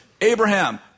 Abraham